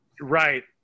Right